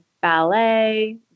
ballet